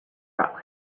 rock